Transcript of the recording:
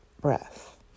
breath